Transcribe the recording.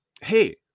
hey